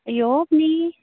येवप न्ही